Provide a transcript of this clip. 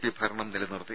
P ഭരണം നിലനിർത്തി